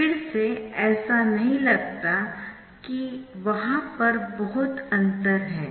फिर से ऐसा नहीं लगता कि वहाँ पर बहुत अंतर है